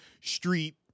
street